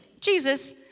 Jesus